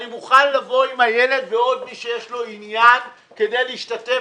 אני מוכן לבוא עם איילת ועוד מי שיש לו עניין כדי להשתתף,